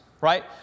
right